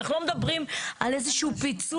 אנחנו לא מדברים על איזה שהוא פיצוי,